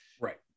Right